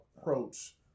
approach